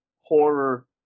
horror